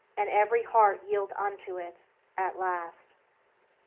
and every heart yield unto it at last.